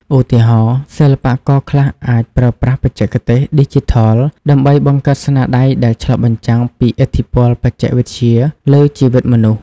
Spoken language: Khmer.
ឧទាហរណ៍ សិល្បករខ្លះអាចប្រើប្រាស់បច្ចេកទេសឌីជីថលដើម្បីបង្កើតស្នាដៃដែលឆ្លុះបញ្ចាំងពីឥទ្ធិពលបច្ចេកវិទ្យាលើជីវិតមនុស្ស។